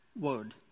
word